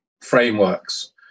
frameworks